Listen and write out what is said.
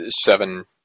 seven